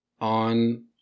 on